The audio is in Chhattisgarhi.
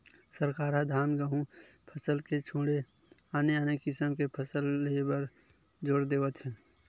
सरकार ह धान, गहूँ फसल के छोड़े आने आने किसम के फसल ले बर जोर देवत हे